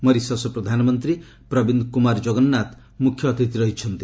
Mauritius ପ୍ରଧାନମନ୍ତ୍ରୀ ପ୍ରବିନ୍ଦ୍ କୁମାର ଜଗନ୍ନାଥ ମୁଖ୍ୟ ଅତିଥି ରହିଛନ୍ତି